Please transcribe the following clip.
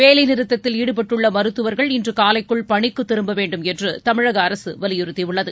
வேலை நிறுத்தத்தில் ஈடுபட்டுள்ள மருத்துவர்கள் இன்று காலைக்குள் பணிக்கு திரும்ப வேண்டும் என்று தமிழக அரசு வலியுறுத்தி உள்ளது